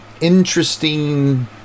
interesting